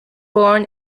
born